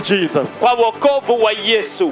Jesus